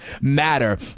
matter